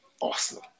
Awesome